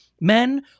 Men